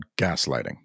gaslighting